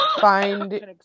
Find